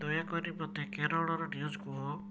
ଦୟାକରି ମୋତେ କେରଳର ନ୍ୟୁଜ୍ କୁହ